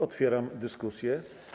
Otwieram dyskusję.